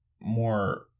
more